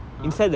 (uh huh)